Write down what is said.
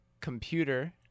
computer